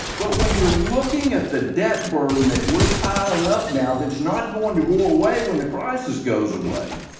but when you're looking at the debt burden that we're piling up now, that's not going to go away when the crisis goes away,